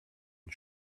une